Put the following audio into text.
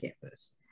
campus